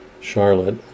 Charlotte